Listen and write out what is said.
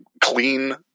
clean